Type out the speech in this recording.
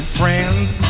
friends